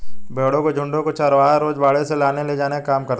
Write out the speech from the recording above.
भेंड़ों के झुण्ड को चरवाहा रोज बाड़े से लाने ले जाने का काम करता है